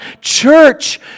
church